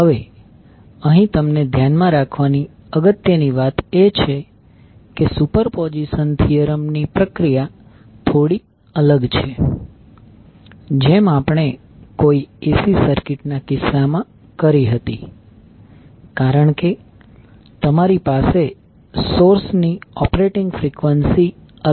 હવે અહીં તમને ધ્યાનમાં રાખવાની અગત્યની વાત એ છે કે સુપરપોઝિશન થીયરમ ની પ્રક્રિયા થોડી અલગ છે જેમ આપણે કોઈ AC સર્કિટના કિસ્સામાં કરી હતી કારણ કે તમારી સોર્સ ની ઓપરેટિંગ ફ્રીક્વન્સી અલગ હોઈ શકે છે